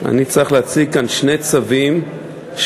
אני צריך להציג כאן שני צווים שבאמת,